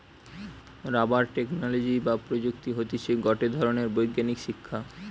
rubber technology বা প্রযুক্তি হতিছে গটে ধরণের বৈজ্ঞানিক শিক্ষা